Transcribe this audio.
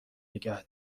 نگه